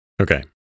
Okay